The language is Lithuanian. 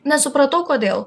nesupratau kodėl